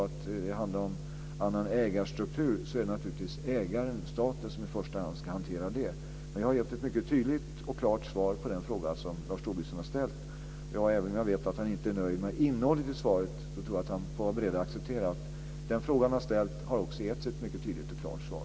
Om det handlar om en annan ägarstruktur är det naturligtvis ägaren, staten, som i första hand ska hantera det. Jag har gett ett mycket tydligt och klart svar på den fråga som Lars Tobisson ställt. Jag vet att han inte är nöjd med svarets innehåll men han får nog vara beredd att acceptera att den fråga som han ställt har fått ett mycket tydligt och klart svar.